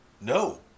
No